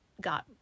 got